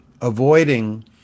avoiding